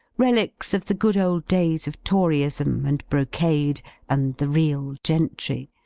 relics of the good old days of toryism and brocade and the real gentry,